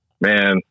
man